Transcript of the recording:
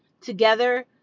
together